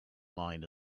line